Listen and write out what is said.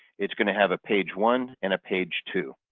it's going to have a page one and a page two.